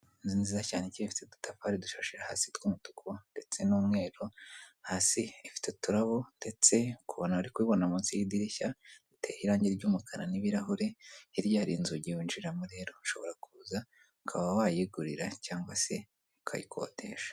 Inzu nziza cyane igeretse, hasi ifite udutafari dushashi hasi tw'umutuku ndetse n'umweru. Hasi ifite uturabo ndetse nk'uko uri kubibona munsi y'idirishya hateyeho irangi ry'umukara, n'ibirahure, hirya hari inzugi winjiramo, rero ushobora kuza ukaba wayigurira cyangwa se ukayikodesha.